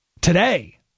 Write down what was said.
today